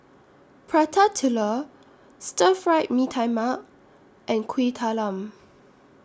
Prata Telur Stir Fry Mee Tai Mak and Kuih Talam